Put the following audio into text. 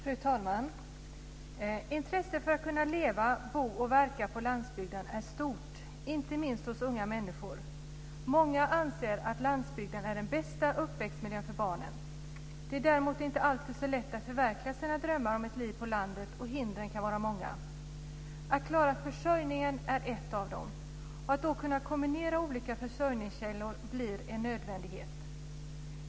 Fru talman! Intresset för att kunna leva, bo och verka på landsbygden är stort, inte minst hos unga människor. Många anser att landsbygden är den bästa uppväxtmiljön för barnen. Det är däremot inte alltid så lätt att förverkliga sina drömmar om ett liv på landet, och hindren kan vara många. Att klara försörjningen är ett av dem. Att då kunna kombinera olika försörjningskällor blir en nödvändighet.